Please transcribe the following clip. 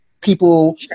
people